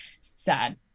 sad